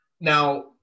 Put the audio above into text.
now